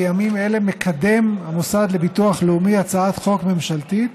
בימים אלה מקדם המוסד לביטוח לאומי הצעת חוק ממשלתית